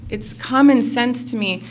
it's common sense to me.